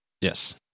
Yes